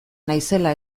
naizela